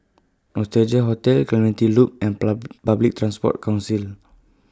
Nostalgia Hotel Clementi Loop and Pub Public Transport Council